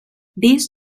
these